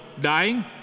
dying